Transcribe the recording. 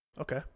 Okay